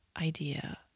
idea